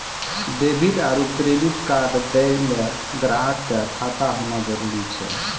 debit आरू credit card दैय ल ग्राहक क खाता होना जरूरी छै